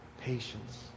patience